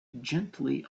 gently